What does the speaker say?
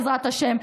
בעזרת השם,